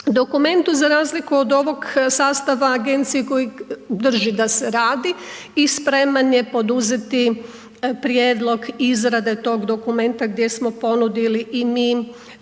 dokumentu za razliku od ovog sastava agencije koji drži da se radi i spreman je poduzeti prijedlog izrade tog dokumenta gdje smo ponudili i mi naše